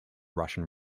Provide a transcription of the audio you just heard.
russian